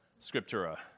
scriptura